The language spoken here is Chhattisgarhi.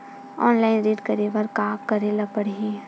ऑनलाइन ऋण करे बर का करे ल पड़हि?